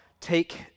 take